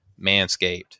manscaped